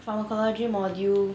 pharmacology module